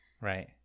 Right